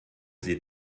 sie